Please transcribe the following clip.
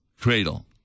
cradle